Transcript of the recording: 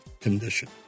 condition